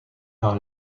dans